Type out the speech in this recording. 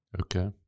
Okay